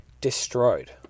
destroyed